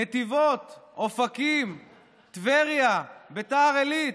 נתיבות, אופקים, טבריה, ביתר עילית.